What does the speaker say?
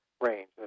range